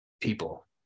people